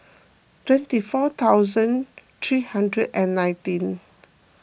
twenty four thousand three hundred and nineteen